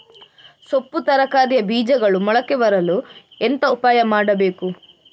ಸೊಪ್ಪು ತರಕಾರಿಯ ಬೀಜಗಳು ಮೊಳಕೆ ಬರಲು ಎಂತ ಉಪಾಯ ಮಾಡಬೇಕು?